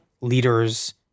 leader's